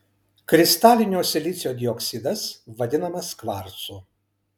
kristalinio silicio dioksidas vadinamas kvarcu